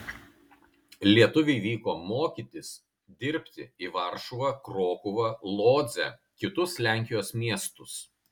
lietuviai vyko mokytis dirbti į varšuvą krokuvą lodzę kitus lenkijos miestus